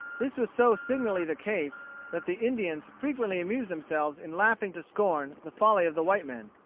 this was so signally the case that the indians frequently amused themselves in laughing to scorn the folly of the white men.